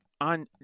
On